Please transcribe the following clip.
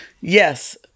Yes